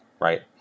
right